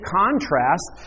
contrast